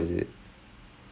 this one is indoor